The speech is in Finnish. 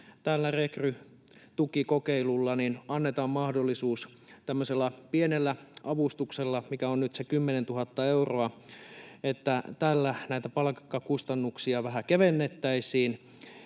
tällä rekrytukikokeilulla annetaan mahdollisuus, että tämmöisellä pienellä avustuksella, mikä on nyt se 10 000 euroa, näitä palkkakustannuksia vähän kevennettäisiin